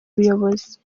buyobozi